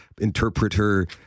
interpreter